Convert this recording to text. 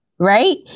Right